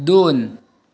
दोन